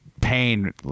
pain